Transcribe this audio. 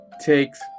takes